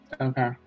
Okay